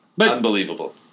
Unbelievable